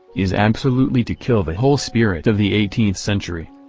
is absolutely to kill the whole spirit of the eighteenth century.